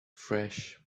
fresh